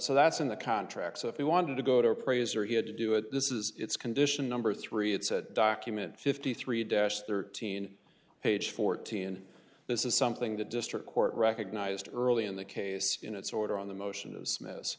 so that's in the contract so if he wanted to go to appraiser he had to do it this is its condition number three it said document fifty three dash thirteen page fourteen this is something the district court recognized early in the case in its order on the motion